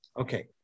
Okay